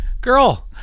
Girl